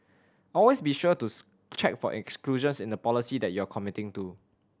always be sure to check for exclusions in the policy that you are committing to